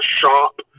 shop